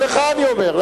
לא לך אני אומר.